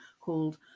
called